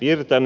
irtain